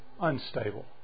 unstable